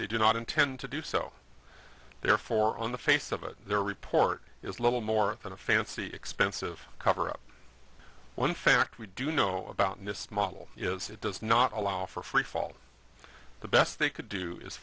they do not intend to do so therefore on the face of it their report is little more than a fancy expensive cover up one fact we do know about in this model is it does not allow for free fall the best they could do is